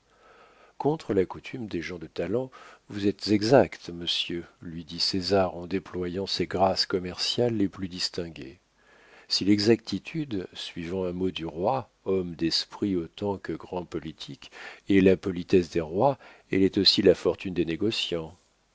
contre la coutume des gens de talent vous êtes exact monsieur lui dit césar en déployant ses grâces commerciales les plus distinguées si l'exactitude suivant un mot du roi homme d'esprit autant que grand politique est la politesse des rois elle est aussi la fortune des négociants